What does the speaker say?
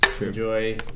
Enjoy